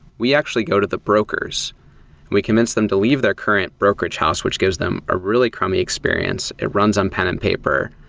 we actually go to the brokers and we convince them to leave their current brokerage house, which gives them a really crummy experience. it runs on pen and paper.